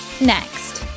Next